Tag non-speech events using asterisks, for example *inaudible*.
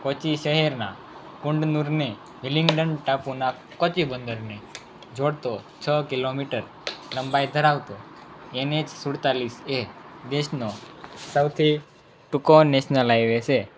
કોચી શહેરના કુંડનૂરને *unintelligible* ટાપુના કોચી બંદરને જોડતો છ કિલોમીટર લંબાઈ ધરાવતો એન એચ સુડતાલીસ એ દેશનો સૌથી ટૂંકો નેશનલ હાઈવે છે